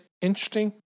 Interesting